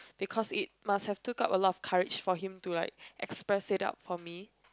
because it must have took up a lot of courage for him to like express it out for me